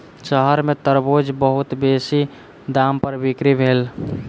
शहर में तरबूज बहुत बेसी दाम पर बिक्री भेल